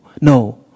no